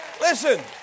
Listen